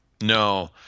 No